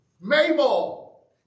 Mabel